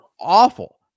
awful